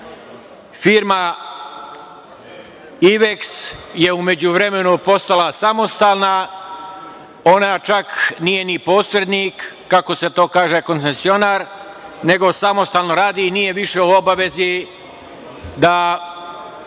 „Iveks“ je u međuvremenu postala samostalna. Ona čak nije ni posrednik, kako se to kaže, koncesionar, nego samostalno radi i nije više u obavezi da